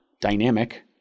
Dynamic